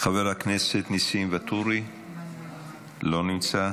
חבר הכנסת ניסים ואטורי, לא נמצא,